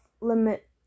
limit